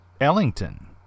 Ellington